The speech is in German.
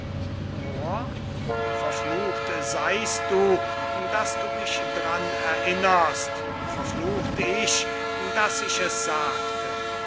verflucht seyst du daß du mich dran erinnerst verflucht ich daß ich es sagte